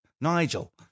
Nigel